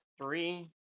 three